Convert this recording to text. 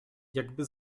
jakby